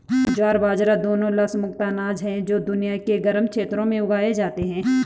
ज्वार बाजरा दोनों लस मुक्त अनाज हैं जो दुनिया के गर्म क्षेत्रों में उगाए जाते हैं